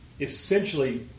essentially